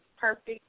perfect